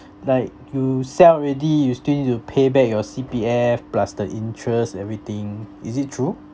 like you sell already you still need to pay back your C_P_F plus the interest everything is it true